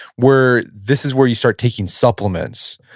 where this is where you start taking supplements,